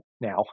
now